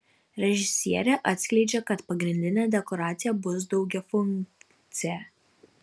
režisierė atskleidžia kad pagrindinė dekoracija bus daugiafunkcė